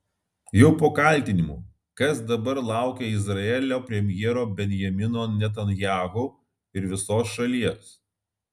jau po kaltinimų kas dabar laukia izraelio premjero benjamino netanyahu ir visos šalies